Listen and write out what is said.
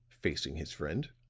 facing his friend,